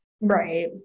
Right